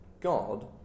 ...God